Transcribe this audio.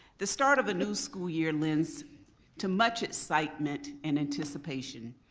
the start of a new school year lends to much excitement and anticipation.